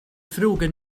frågar